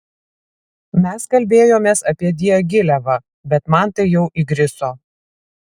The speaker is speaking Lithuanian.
mes kalbėjomės apie diagilevą bet man tai jau įgriso